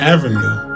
Avenue